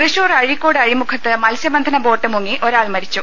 തൃശൂർ അഴീക്കോട് അഴിമുഖത്ത് മത്സ്യ ബന്ധന ബോട്ട് മുങ്ങി ഒരാൾ മരിച്ചു